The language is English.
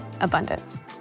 abundance